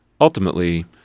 Ultimately